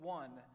one